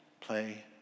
play